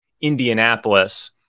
Indianapolis